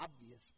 obvious